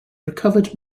recovered